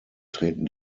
treten